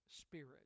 spirit